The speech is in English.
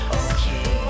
okay